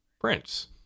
Prince